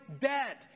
debt